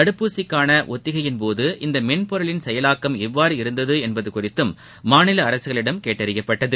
தடுப்பூசிக்கான ஒத்திகையின் போது இந்த மென்பொருளின் செயலாக்கம் எவ்வாறு இருந்தது என்பது குறித்தும் மாநில அரசுகளிடம் கேட்டறியப்பட்டது